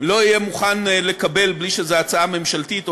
לא יהיה מוכן לקבל כשזו לא הצעה ממשלתית,